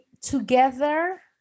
together